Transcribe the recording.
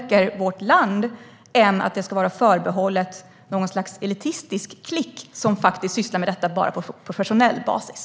Det är mycket bättre än att det ska vara förbehållet något slags elitistisk klick som sysslar med detta bara på professionell basis.